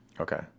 Okay